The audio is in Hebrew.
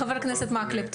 מקלב.